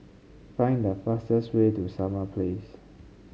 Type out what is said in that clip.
find the fastest way to Summer Place